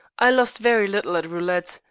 i lost very little at roulette.